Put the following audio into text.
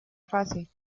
fase